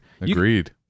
agreed